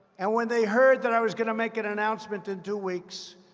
and when they heard that i was going to make an announcement in two weeks,